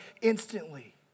instantly